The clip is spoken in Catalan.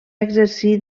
exercir